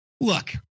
Look